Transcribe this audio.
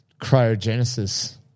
cryogenesis